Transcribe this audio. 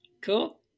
Cool